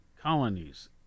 colonies